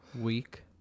week